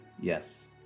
Yes